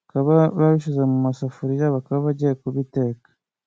bakaba babishyize mu masafuriya, bakaba bagiye kubiteka.